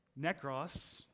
Necros